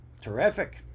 Terrific